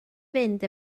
fynd